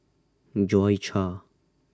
Joi Chua